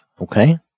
Okay